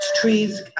trees